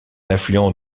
affluent